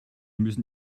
müssen